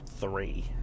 three